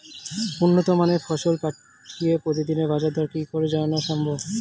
উন্নত মানের ফসল পাঠিয়ে প্রতিদিনের বাজার দর কি করে জানা সম্ভব?